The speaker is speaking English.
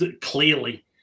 clearly